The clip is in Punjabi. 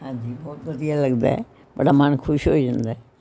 ਹਾਂਜੀ ਬਹੁਤ ਵਧੀਆ ਲੱਗਦਾ ਬੜਾ ਮਨ ਖੁਸ਼ ਹੋ ਜਾਂਦਾ